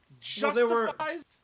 justifies